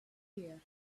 here